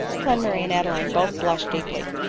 glenmurray and adeline both blushed deeply.